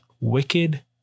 Wicked